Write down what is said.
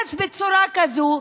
להתייחס בצורה כזאת,